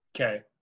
Okay